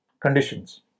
conditions